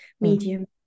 medium